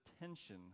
tension